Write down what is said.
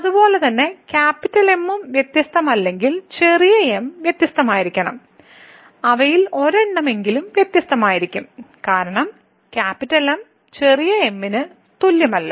അതുപോലെ തന്നെ M ഉം വ്യത്യസ്തമല്ലെങ്കിൽ ചെറിയ m വ്യത്യസ്തമായിരിക്കണം അവയിൽ ഒരെണ്ണമെങ്കിലും വ്യത്യസ്തമായിരിക്കും കാരണം M ചെറിയ m ന് തുല്യമല്ല